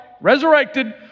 Resurrected